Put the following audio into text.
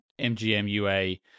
mgmua